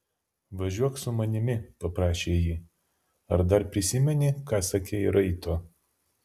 važiuok su manimi paprašė ji ar dar prisimeni ką sakei raito